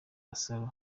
gasaro